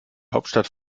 hauptstadt